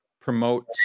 promote